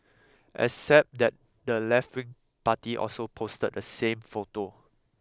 except that the leftwing party also posted the same photo